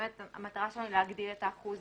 המטרה שלנו היא להגדיל את האחוז